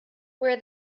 where